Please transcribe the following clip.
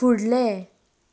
फुडलें